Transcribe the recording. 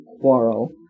quarrel